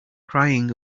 crying